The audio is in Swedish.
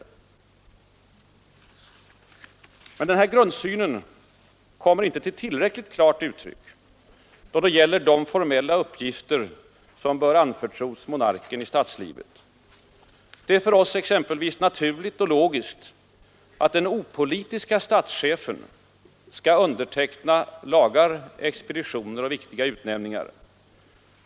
Denna grundsyn har emellertid inte kommit till tillräckligt klart uttryck då det gäller de formella uppgifter som anförtrotts monarken i statslivet. Det är för oss exempelvis naturligt och logiskt att den opolitiske statschefen skall underteckna lagar, expeditioner och viktiga utnämningar.